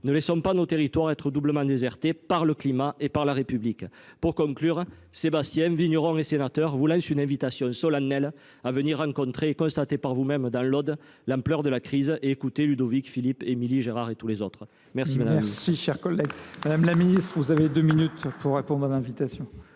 Ne laissons pas nos territoires être doublement désertés, par le climat et par la République. Madame la ministre, Sebastien, vigneron et sénateur, vous lance une invitation solennelle : venez dans l’Aude constater par vous même l’ampleur de la crise et écouter Ludovic, Philippe, Émilie, Gérard et tous les autres ! La parole est à Mme la ministre.